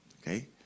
Okay